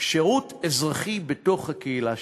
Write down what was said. שירות אזרחי, בתוך הקהילה שלכם.